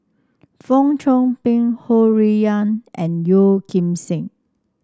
Fong Chong Pik Ho Rui An and Yeo Kim Seng